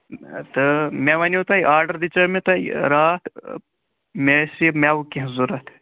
تہٕ مےٚ وَنیو تۄہہِ آڈَر دِژیو مےٚ تۄہہِ یہِ راتھ مےٚ ٲسۍ یہِ مٮ۪وٕ کینٛہہ ضوٚرتھ